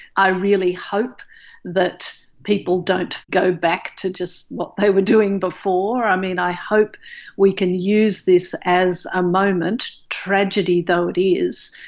i really hope that people don't go back to just what they were doing before. i mean, i hope we can use this as a moment, tragedy though it is,